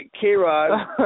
K-Rod